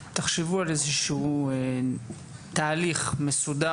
זה שתחשבו על איזה שהוא תהליך מסודר,